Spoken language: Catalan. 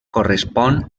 correspon